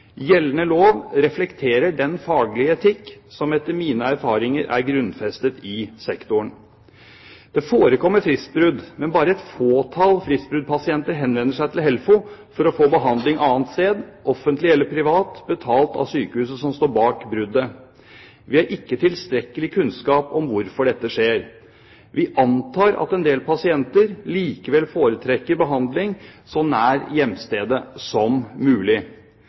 Gjeldende lov reflekterer den faglige etikk som etter mine erfaringer er grunnfestet i sektoren. Det forekommer fristbrudd, men bare et fåtall fristbruddspasienter henvender seg til HELFO for å få behandling annet sted, offentlig eller privat, betalt av sykehuset som står bak bruddet. Vi har ikke tilstrekkelig kunnskap om hvorfor dette skjer. Vi antar at en del pasienter likevel foretrekker behandling så nær hjemstedet som mulig.